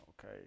Okay